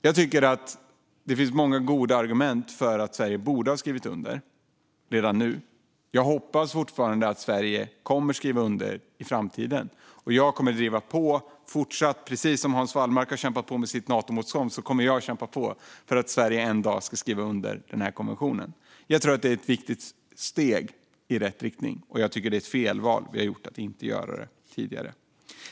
Jag tycker att det finns många goda argument för att Sverige borde ha skrivit under redan nu. Jag hoppas fortfarande att Sverige kommer att skriva under i framtiden. Precis som Hans Wallmark har kämpat på mot Natomotståndet kommer jag att kämpa på för att Sverige en dag ska skriva under den här konventionen. Jag tror att det är ett viktigt steg i rätt riktning, och jag tycker att det är ett felval av oss att inte ha gjort det tidigare.